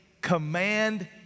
command